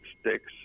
sticks